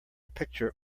picture